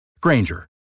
Granger